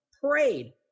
Prayed